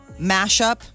mashup